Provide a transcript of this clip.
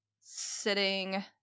sitting